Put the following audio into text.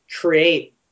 create